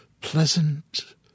Pleasant